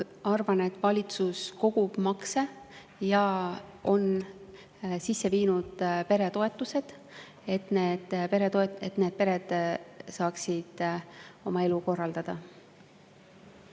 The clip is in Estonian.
arvan, et valitsus kogub makse ja on sisse viinud peretoetused, et need pered saaksid oma elu korraldada.